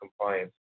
compliance